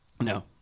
No